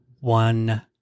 one